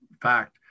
fact